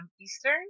Eastern